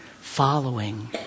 following